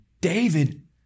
David